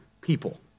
people